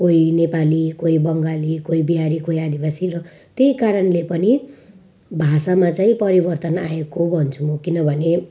कोही नेपाली कोही बङ्गाली कोही बिहारी कोही आदिवासी र त्यही कारणले पनि भाषामा चाहिँ परिवर्तन आएको भन्छु म किनभने